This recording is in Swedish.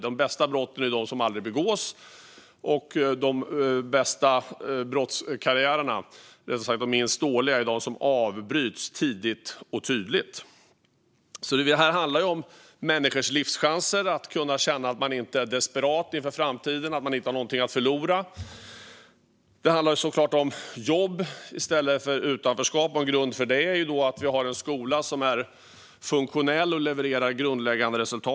De bästa brotten är de som aldrig begås, och de bästa brottskarriärerna - eller rättare sagt de minst dåliga - är de som avbryts tidigt och tydligt. Det här handlar om människors livschanser - att kunna känna att man inte är desperat inför framtiden och att man inte har något att förlora. Det handlar såklart om jobb i stället för utanförskap. En grund för det är att vi har en skola som är funktionell och levererar grundläggande resultat.